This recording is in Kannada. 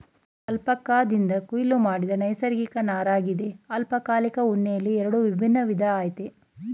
ಅಲ್ಪಕಾದಿಂದ ಕೊಯ್ಲು ಮಾಡಿದ ನೈಸರ್ಗಿಕ ನಾರಗಿದೆ ಅಲ್ಪಕಾಲಿಕ ಉಣ್ಣೆಯಲ್ಲಿ ಎರಡು ವಿಭಿನ್ನ ವಿಧ ಆಯ್ತೆ